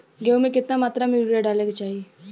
गेहूँ में केतना मात्रा में यूरिया डाले के चाही?